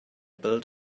built